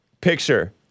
Picture